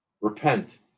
Repent